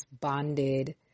bonded